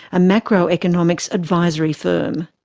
a macroeconomics advisory firm.